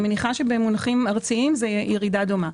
אני מניחה שבמונחים ארציים יש ירידה דומה.